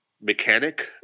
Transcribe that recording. mechanic